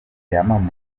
yamamaye